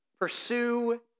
pursue